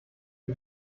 die